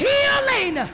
Healing